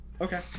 okay